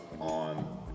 on